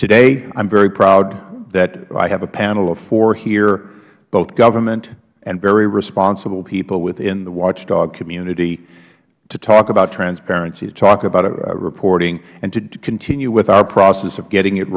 today i am very proud that i have a panel of four here both government and very responsible people within the watchdog community to talk about transparency to talk about reporting and to continue with our process of getting it